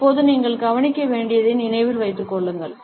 இப்போது நீங்கள் கவனிக்க வேண்டியதை நினைவில் வைத்துக் கொள்ளுங்கள்